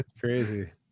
Crazy